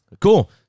Cool